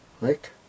Right